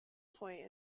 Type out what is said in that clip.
point